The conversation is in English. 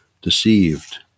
deceived